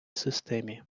системі